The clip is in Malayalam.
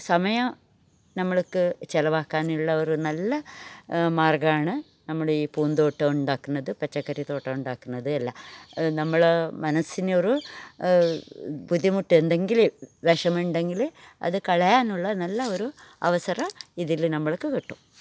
സമയം നമ്മൾക്ക് ചിലവാക്കാനുള്ള ഒരു നല്ല മാർഗ്ഗമാണ് നമ്മുടെ ഈ പൂന്തോട്ടമുണ്ടാക്കുന്നത് പച്ചക്കറി തോട്ടമുണ്ടാക്കുന്നത് എല്ലാ നമ്മൾ മനസ്സിനൊരു ബുദ്ധിമുട്ട് ഉണ്ടെങ്കിൽ വിഷമമുണ്ടങ്കിൽ അത് കളയാനുള്ള നല്ല ഒരു അവസരം ഇതിൽ നമ്മൾക്ക് കിട്ടും